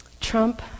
Trump